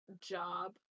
job